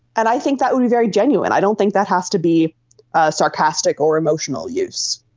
and i think that would be very genuine. i don't think that has to be a sarcastic or emotional use.